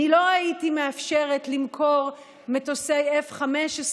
אני לא הייתי מאפשרת למכור מטוסי F-15,